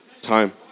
Time